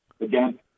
again